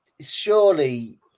surely